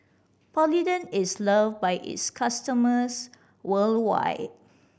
Polident is love by its customers worldwide